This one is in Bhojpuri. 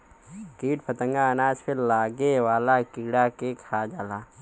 कीट फतंगा अनाज पे लागे वाला कीड़ा के खा जाला